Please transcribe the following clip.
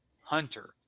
hunter